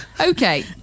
okay